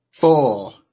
four